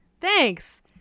Thanks